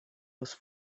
was